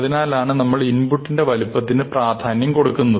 അതിനാലാണ് നമ്മൾ ഇൻപുട്ടിന്റെ വലുപ്പത്തിനെ പ്രാധാന്യം കൊടുക്കുന്നത്